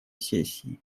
сессии